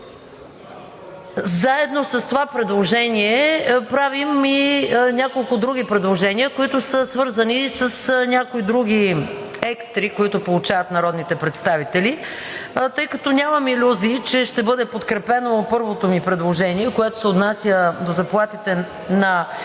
Заедно с това предложение правим и няколко други предложения, които са свързани и с някои други екстри, които получават народните представители. Тъй като нямам илюзии, че ще бъде подкрепено първото ми предложение, което се отнася до заплатите на